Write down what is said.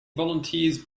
volunteers